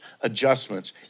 adjustments